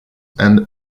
and